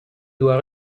doit